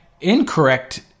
incorrect